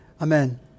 Amen